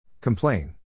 Complain